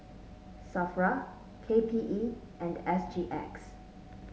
Safra K P E and S G X